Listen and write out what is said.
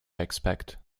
expect